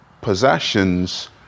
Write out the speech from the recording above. possessions